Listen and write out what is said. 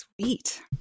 sweet